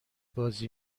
بازی